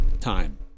time